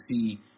see